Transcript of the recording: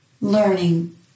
learning